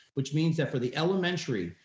which means that for the elementary,